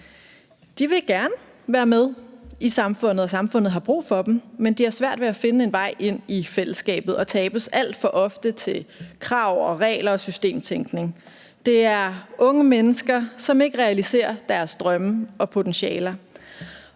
De vil gerne være med i samfundet, og samfundet har brug for dem, men de har svært ved at finde en vej ind i fællesskabet, og de tabes alt for ofte til krav og regler og systemtænkning. Det er unge mennesker, som ikke realiserer deres drømme og potentialer,